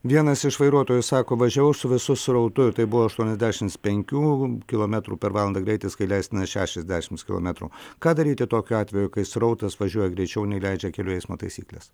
vienas iš vairuotojų sako važiavau su visu srautu tai buvo aštuoniasdešims penkių kilometrų per valandą greitis kai leistinas šešiasdešims kilometrų ką daryti tokiu atveju kai srautas važiuoja greičiau nei leidžia kelių eismo taisyklės